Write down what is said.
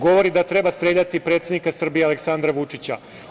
Govori da treba streljati predsednika Srbije Aleksandra Vučića.